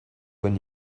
when